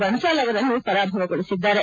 ಬನ್ಲಾಲ್ ಅವರನ್ನು ಪರಾಭವಗೊಳಿಸಿದ್ದಾರೆ